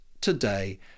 today